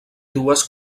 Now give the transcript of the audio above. dues